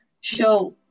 show